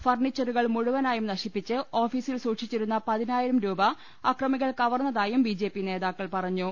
ഫർണിച്ചറുകൾ മുഴുവനായും നശിപ്പിച്ച് ഓഫീസിൽ സൂക്ഷിച്ചിരുന്ന പതിനായിരം രൂപ അക്രമികൾ ക്വർന്നതായും ബിജെപി നേതാക്കൾ പറഞ്ഞു